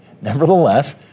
Nevertheless